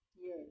Yes